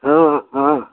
हाँ हाँ